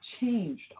changed